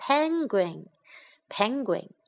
,Penguin,Penguin